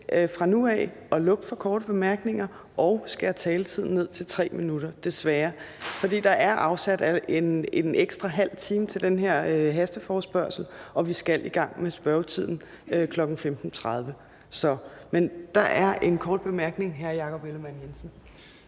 fra nu af at lukke for korte bemærkninger og skære taletiden ned til 3 minutter, desværre. Der er afsat en halv time ekstra til den her hasteforespørgsel, og vi skal i gang med spørgetiden kl. 15.30. Der er en kort bemærkning fra hr. Jakob Ellemann-Jensen.